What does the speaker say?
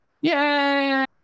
Yay